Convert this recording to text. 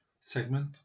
segment